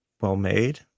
well-made